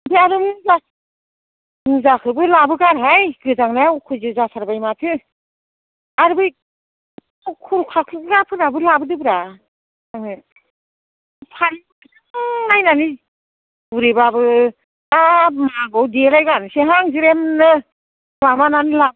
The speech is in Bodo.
जारों जा मुजाखौबो लाबोगारहाय गोजांनायाव अखयज' जाथारबाय माथो आरो बै खर' खाख्लुबग्रा फोराबो लाबोदोब्रा आंनो फालि गुदुं नायनानै बुरिबाबो दा मागोआव देलायगारसैहां ज्रेमनो माबानानै ला